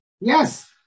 Yes